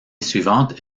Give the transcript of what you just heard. suivante